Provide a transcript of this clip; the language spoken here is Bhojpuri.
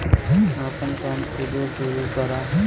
आपन काम खुदे सुरू करा